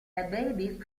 baby